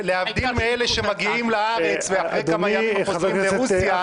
להבדיל מאלה שמגיעים לארץ ואחרי כמה ימים חוזרים לרוסיה,